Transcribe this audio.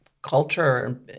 Culture